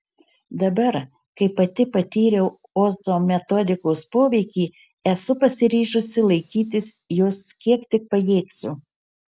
dabar kai pati patyriau ozo metodikos poveikį esu pasiryžusi laikytis jos kiek tik pajėgsiu